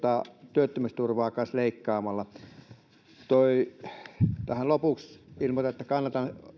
työttömyysturvaa leikkaamalla tähän lopuksi ilmoitan että kannatan